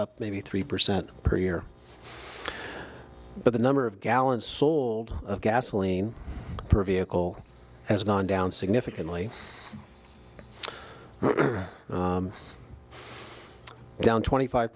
up maybe three percent per year but the number of gallons of gasoline per vehicle has gone down significantly down twenty five